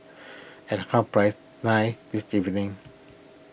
at half press nine this evening